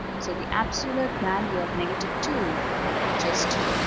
so the absolute value of negative two will be just two.